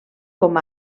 com